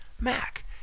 Mac